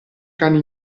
cani